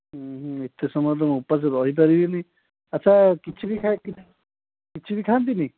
ଏତେ ସମୟ ତ ମୁଁ ଉପାସ ରହିପାରିବିନି ଆଚ୍ଛା କିଛି ବି ଖା କିଛି ବି ଖାନ୍ତିନି